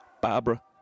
Barbara